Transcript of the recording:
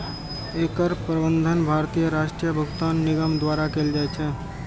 एकर प्रबंधन भारतीय राष्ट्रीय भुगतान निगम द्वारा कैल जाइ छै